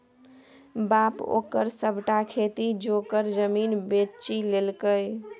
बाप ओकर सभटा खेती जोगर जमीन बेचि लेलकै